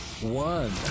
one